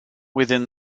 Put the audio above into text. within